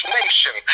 nation